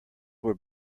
were